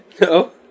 No